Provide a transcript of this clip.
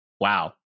Wow